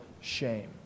shame